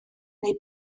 neu